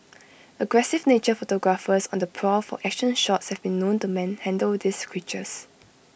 aggressive nature photographers on the prowl for action shots have been known to manhandle these creatures